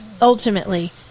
ultimately